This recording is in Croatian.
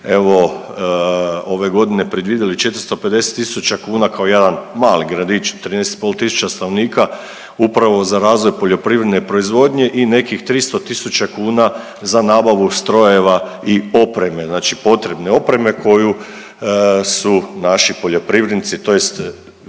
evo ove godine predvidjeli 450 tisuća kuna kao jedan mali gradić od 13,5 tisuća stanovnika upravo za razvoj poljoprivredne proizvodnje i nekih 300 tisuća kuna za nabavu strojeva i opreme, znači potrebne opreme koju su naši poljoprivrednici tj. više-manje,